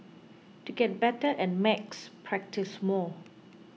to get better at maths practise more